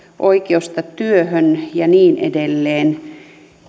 oikeudesta työhön ja niin edelleen